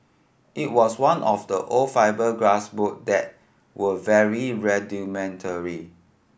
it was one of the old fibreglass boat that were very rudimentary